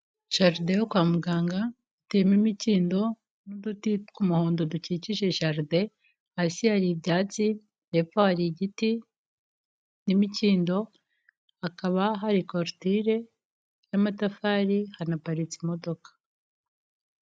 Jaride yo kwa muganga iteyemo imikindo n'uduti tw'umuhondo dukikije jaride, hasi hari ibyatsi, hepfo hari igiti n'imikindo, hakaba hari korutire y'amatafari, hanaparitse imodoka.